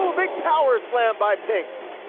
big power slam by pinx!